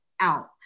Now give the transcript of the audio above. out